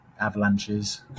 avalanches